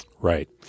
Right